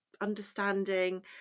understanding